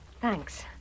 thanks